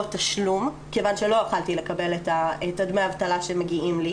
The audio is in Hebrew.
תשלום כיוון שלא יכולתי לקבל את דמי האבטלה שמגיעים לי,